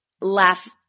laugh –